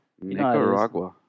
Nicaragua